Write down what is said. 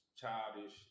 childish